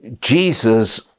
Jesus